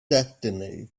destiny